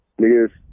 niggas